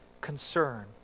concern